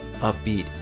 upbeat